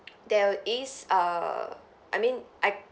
there is err I mean I